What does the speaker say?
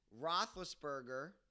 Roethlisberger